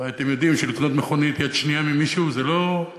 והרי אתם יודעים שלקנות מכונית יד שנייה ממישהו זה לא דבר